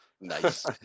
Nice